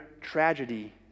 tragedy